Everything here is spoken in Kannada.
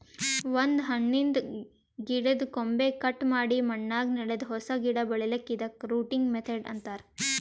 ಒಂದ್ ಹಣ್ಣಿನ್ದ್ ಗಿಡದ್ದ್ ಕೊಂಬೆ ಕಟ್ ಮಾಡಿ ಮಣ್ಣಾಗ ನೆಡದು ಹೊಸ ಗಿಡ ಬೆಳಿಲಿಕ್ಕ್ ಇದಕ್ಕ್ ರೂಟಿಂಗ್ ಮೆಥಡ್ ಅಂತಾರ್